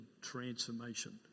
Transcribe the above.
transformation